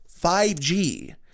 5G